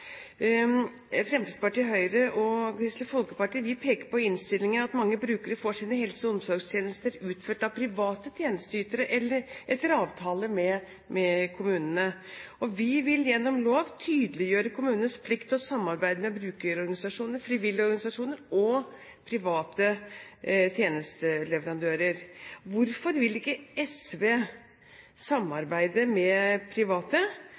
Fremskrittspartiet, Høyre og Kristelig Folkeparti peker i innstillingen på at mange brukere får sine helse- og omsorgstjenester utført av private tjenesteytere etter avtale med kommunene. Vi vil gjennom lov tydeliggjøre kommunenes plikt til å samarbeide med brukerorganisasjonene, frivillige organisasjoner og private tjenesteleverandører. Hvorfor vil ikke SV samarbeide med private?